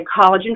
collagen